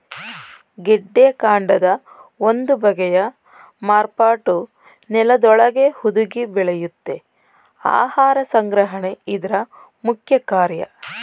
ಗೆಡ್ಡೆಕಾಂಡದ ಒಂದು ಬಗೆಯ ಮಾರ್ಪಾಟು ನೆಲದೊಳಗೇ ಹುದುಗಿ ಬೆಳೆಯುತ್ತೆ ಆಹಾರ ಸಂಗ್ರಹಣೆ ಇದ್ರ ಮುಖ್ಯಕಾರ್ಯ